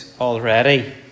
already